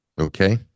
okay